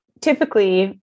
Typically